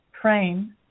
praying